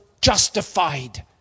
justified